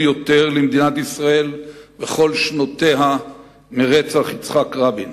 יותר למדינת ישראל בכל שנותיה מרצח יצחק רבין.